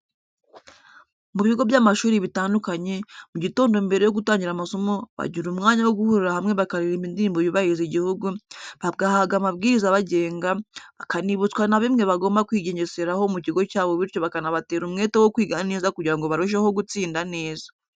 Mu bigo by'amashuri bitandukanye, mu gitondo mbere yo gutangira amasomo, bagira umwanya wo guhuriria hamwe bakaririmba indirimbo yubahiriza igihugu, bagahabwa amabwiriza abagenga, bakanibutswa na bimwe bagomba kwigengeseraho mu kigo cyabo bityo bakanabatera umwete wo kwiga neza kugira ngo barusheho gutsinda neza.